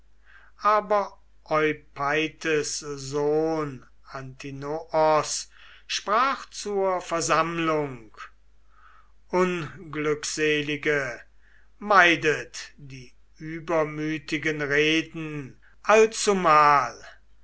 aber eupeithes sohn antinoos sprach zur versammlung unglückselige meidet die übermütigen reden allzumal